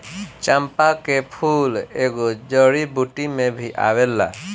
चंपा के फूल एगो जड़ी बूटी में भी आवेला